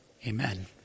Amen